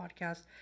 podcast